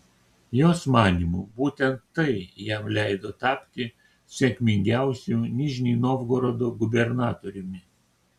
jos manymu būtent tai jam leido tapti sėkmingiausiu nižnij novgorodo gubernatoriumi